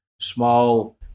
small